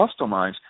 customize